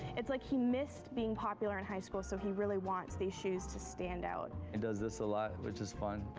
it's like he missed being popular in high school, so he really wants these shoes to stand out. he and does this a lot, which is fun.